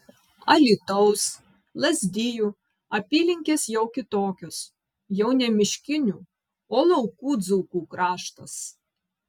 alytaus lazdijų apylinkės jau kitokios jau ne miškinių o laukų dzūkų kraštas